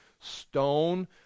stone